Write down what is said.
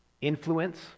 influence